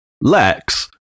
Lex